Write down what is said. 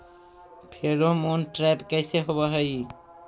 Pheromone trap कैसे होब हई?